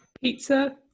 Pizza